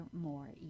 more